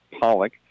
Pollock